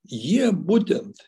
jie būtent